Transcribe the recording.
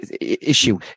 issue